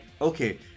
okay